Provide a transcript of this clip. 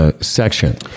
section